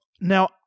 now